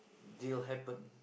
deal happen